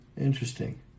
Interesting